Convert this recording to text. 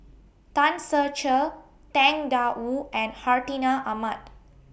Tan Ser Cher Tang DA Wu and Hartinah Ahmad